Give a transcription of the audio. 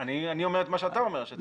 אני אומר את מה שאתה אומר.